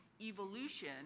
evolution